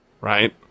right